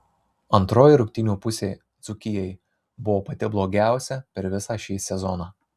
antroji rungtynių pusė dzūkijai buvo pati blogiausia per visą šį sezoną